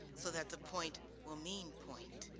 so that the point will mean point.